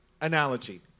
analogy